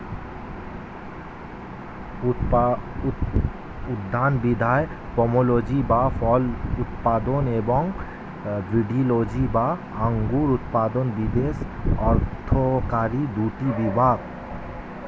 উদ্যানবিদ্যায় পোমোলজি বা ফল উৎপাদন এবং ভিটিলজি বা আঙুর উৎপাদন বিশেষ অর্থকরী দুটি বিভাগ